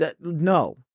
No